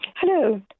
Hello